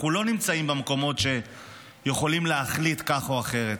אנחנו לא נמצאים במקומות שיכולים להחליט כך או אחרת.